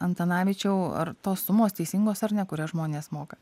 antanavičiau ar tos sumos teisingos ar ne kurias žmonės moka